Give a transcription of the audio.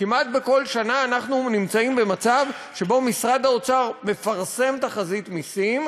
כמעט בכל שנה אנחנו נמצאים במצב שמשרד האוצר מפרסם תחזית מסים,